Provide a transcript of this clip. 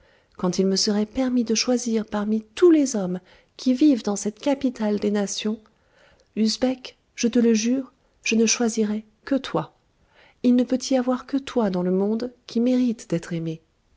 quand il me seroit permis de choisir parmi tous les hommes qui vivent dans cette capitale des nations usbek je te le jure je ne choisirois que toi il ne peut y avoir que toi dans le monde qui mérites d'être aimé